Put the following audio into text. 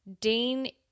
Dean